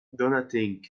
donating